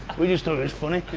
we just thought it was funny,